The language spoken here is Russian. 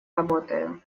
работаю